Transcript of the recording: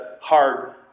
hard